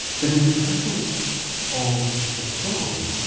but in the presence of the fly,